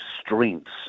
strengths